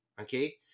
okay